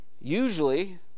Usually